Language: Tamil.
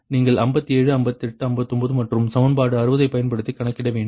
நீங்கள் 57 58 59 மற்றும் சமன்பாடு 60 ஐப் பயன்படுத்தி கணக்கிட வேண்டும்